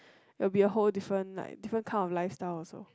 will be a whole different like different kind of lifestyle also